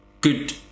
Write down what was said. good